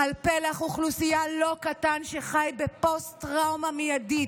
על פלח אוכלוסייה לא קטן שחי בפוסט-טראומה מיידית,